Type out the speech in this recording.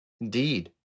Indeed